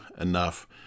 enough